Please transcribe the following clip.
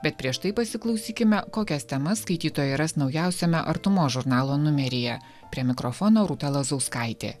bet prieš tai pasiklausykime kokias temas skaitytojai ras naujausiame artumos žurnalo numeryje prie mikrofono rūta lazauskaitė